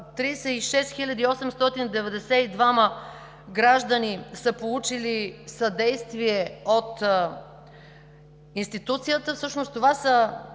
36 892 граждани са получили съдействие от институцията. Всъщност това са